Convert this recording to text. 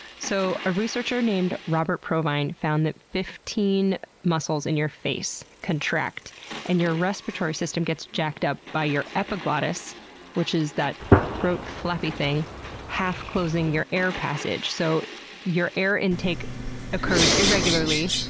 so, a researcher named robert provine found that fifteen muscles in your face contract and your respiratory system gets jacked up by your epiglottis which is that throat flappy thing half-closing your air passage, so your air intake occurs irregularly,